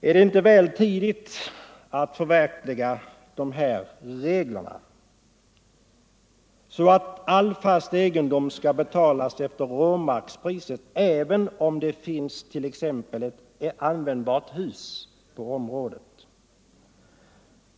Är det inte väl tidigt att förenkla värderingsreglerna så att all fast egendom skall betalas efter råmarkspriset, även om det t.ex. finns ett användbart hus på området?